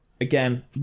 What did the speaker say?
Again